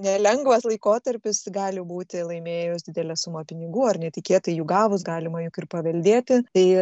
nelengvas laikotarpis gali būti laimėjus didelę sumą pinigų ar netikėtai jų gavus galima juk ir paveldėti tai